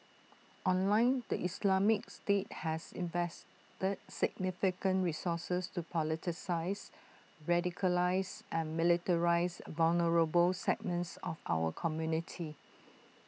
online the Islamic state has invested significant resources to politicise radicalise and militarise vulnerable segments of our community